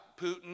Putin